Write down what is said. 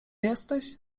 jesteś